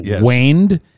waned